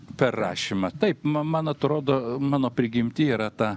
per rašymą taip m man atrodo mano prigimty yra ta